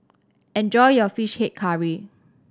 enjoy your Fish Head Curry